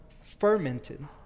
fermented